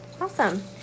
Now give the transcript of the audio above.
Awesome